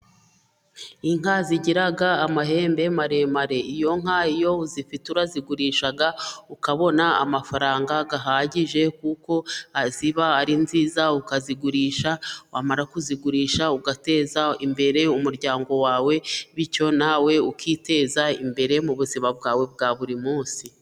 Inka zigira amahembe maremare, iyo nka iyo uzifite urazigurisha ukabona amafaranga ahagije, kuko ziba ari nziza ukazigurisha wamara kuzigurisha, ugateza imbere umuryango wawe, bityo nawe ukiteza imbere mu buzima bwawe bwa buri munsi.